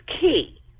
key